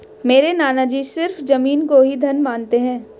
मेरे नाना जी सिर्फ जमीन को ही धन मानते हैं